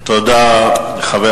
תודה לחבר